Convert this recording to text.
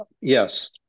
yes